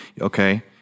okay